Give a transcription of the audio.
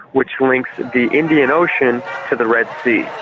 which links the indian ocean to the red sea.